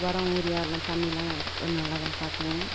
ஒரம் யூரியா எல்லாம் தண்ணிலாம் நல்லா தான் காட்டுவோம்